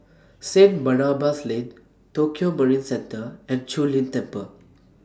St Barnabas Lane Tokio Marine Centre and Zu Lin Temple